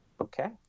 Okay